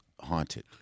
haunted